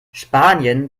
spanien